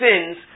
sins